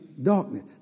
darkness